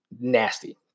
nasty